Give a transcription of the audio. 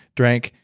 drank,